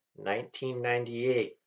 1998